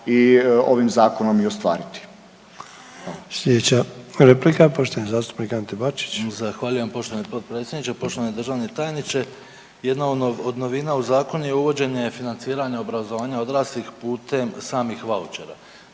i ovim zakonom i ostvariti.